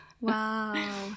Wow